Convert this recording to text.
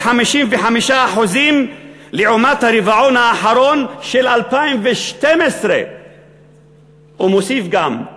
"וב-355% לעומת הרבעון האחרון של 2012". הוא מוסיף גם: